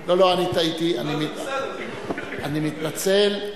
לא, אני טעיתי, אני מתנצל.